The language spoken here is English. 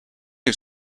you